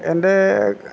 എൻ്റെ